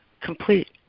complete